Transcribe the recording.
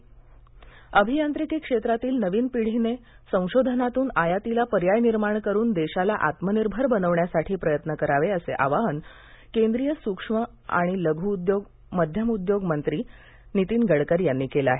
गडकरी अभियांत्रिकी क्षेत्रातील नवीन पिढीने संशोधनातून आयातीला पर्याय निर्माण करून देशाला आत्मनिर्भर बनविण्यासाठी प्रयत्न करावे असे आवाहन केंद्रीय स्क्ष् लघू आणि मध्यम उद्योग मंत्री नितीन गडकरी यांनी केले आहे